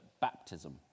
baptism